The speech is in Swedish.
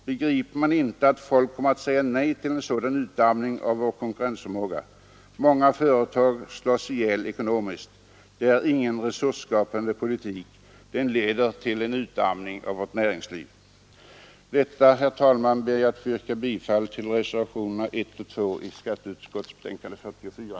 Begriper man inte att folk kommer att säga nej till en sådan utarmning av vår konkurrensförmåga? Många företag slås ihjäl ekonomiskt. Det är ingen resursskapande politik. Den leder till utarmning av vårt näringsliv. Med detta, herr talman, ber jag att få yrka bifall till reservationerna 1 och 2 i skatteutskottets betänkande nr 44